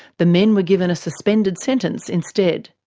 the men were given a suspended sentence instead.